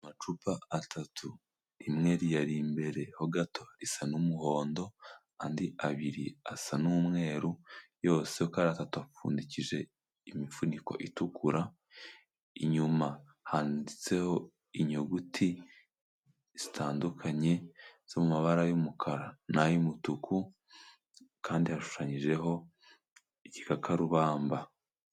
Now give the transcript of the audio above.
Amacupa atatu rimwe riyari imbere ho gato risa n'umuhondo andi abiri asa n'umweru yose uko ari atatu apfundikije imifuniko itukura, inyuma handitseho inyuguti zitandukanye ziri mumabara y'umukara n'ay'umutuku kandi hashushanyijeho ikarubamba.